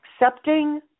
accepting